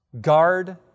guard